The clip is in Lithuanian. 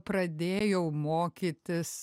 pradėjau mokytis